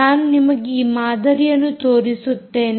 ನಾನು ನಿಮಗೆ ಈ ಮಾದರಿಯನ್ನು ತೋರಿಸುತ್ತೇನೆ